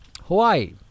Hawaii